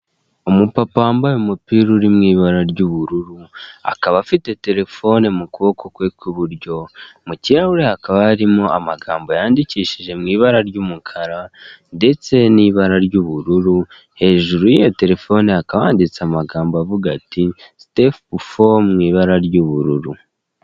Umupapa wambaye umupira uri mu ibara ry'ubururu, akaba afite telefone mu kuboko kwe kw'iburyo, mu kirahure hakaba harimo amagambo yandikishije mu ibara ry'umukara ndetse n'ibara ry'ubururu, hejuru y'iyo telefone hakaba handitse amagambo avuga ati sitepu fo mu ibara ry'ubururu.